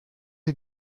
die